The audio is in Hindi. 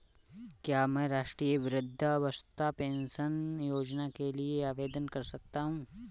क्या मैं राष्ट्रीय वृद्धावस्था पेंशन योजना के लिए आवेदन कर सकता हूँ?